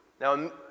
Now